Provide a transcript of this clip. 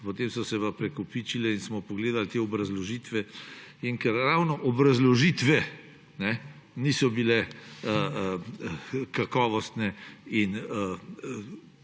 potem so se pa prekopičile in smo pogledali te obrazložitve. In ker ravno obrazložitve niso bile kakovostne in